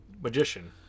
Magician